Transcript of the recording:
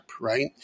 right